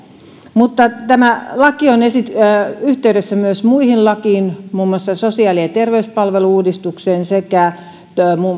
mutta tämä laki on yhteydessä myös muihin lakeihin muun muassa sosiaali ja terveyspalvelu uudistukseen sekä